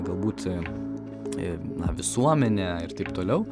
galbūt e e na visuomenę ir taip toliau